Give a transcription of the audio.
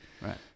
Right